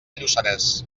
lluçanès